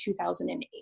2008